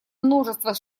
множества